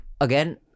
again